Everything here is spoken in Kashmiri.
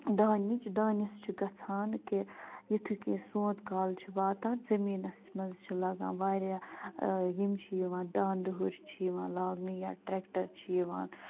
دانِچ دانیٚس چھ گژھان کہِ یِتھُے کینہہ سوٗنت کال چھِ واتان زمٔیٖنس منٛز چھِ لَگان واریاہ یِم چھِ یِوان داندٕ ہُرۍ چھِ یِوان لاگنہٕ یا ٹریکٹر چھِ یوان